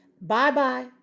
Bye-bye